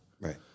Right